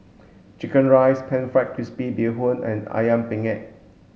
chicken rice pan fried crispy bee hoon and Ayam Penyet